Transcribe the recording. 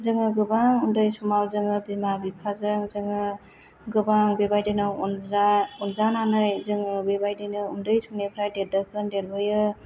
जोङो गोबां उन्दै समाव जोङो बिमा बिफाजों जोङो गोबां बेबायदिनो अनजानानै जोङो बेबायदिनो उन्दै समनिफ्राय देरदोखोन देरबोयो